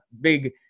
big